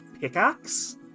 pickaxe